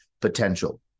potential